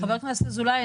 חבר הכנסת אזולאי,